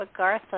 Agartha